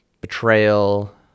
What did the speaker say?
betrayal